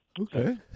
okay